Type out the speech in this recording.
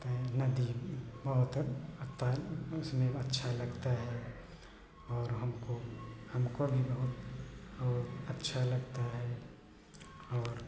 तै नदी बहुत अत उसमें अच्छा लगता है और हमको हमको भी बहुत और अच्छा लगता है और